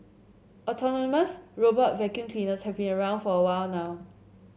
autonomous robotic vacuum cleaners have been around for a while now